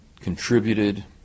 contributed